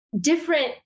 different